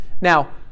Now